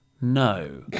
no